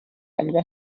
andere